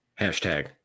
Hashtag